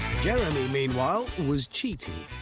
jeremy, meanwhile, was cheating.